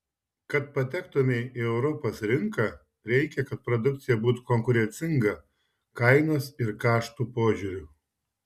kad patektumei į europos rinką reikia kad produkcija būtų konkurencinga kainos ir kaštų požiūriu